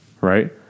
Right